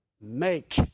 make